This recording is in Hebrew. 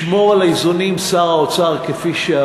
שר האוצר ישמור על האיזונים, כפי שאמרתי,